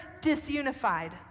disunified